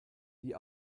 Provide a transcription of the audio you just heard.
die